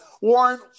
Warren